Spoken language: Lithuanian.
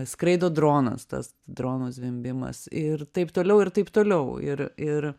skraido dronas tas drono zvimbimas ir taip toliau ir taip toliau ir ir